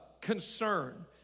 concern